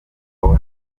aho